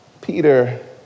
Peter